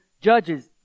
Judges